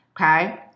okay